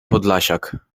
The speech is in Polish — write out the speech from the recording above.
podlasiak